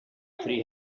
three